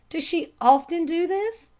does she often do this?